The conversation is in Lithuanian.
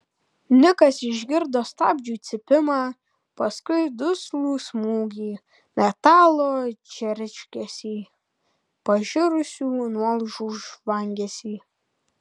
nikas išgirdo stabdžių cypimą paskui duslų smūgį metalo džeržgesį pažirusių nuolaužų žvangesį